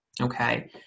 okay